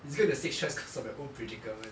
it's gonna sixth choice cause of your own predicament